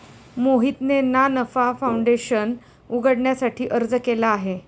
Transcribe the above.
मोहितने ना नफा फाऊंडेशन उघडण्यासाठी अर्ज केला आहे